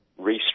restructure